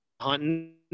hunting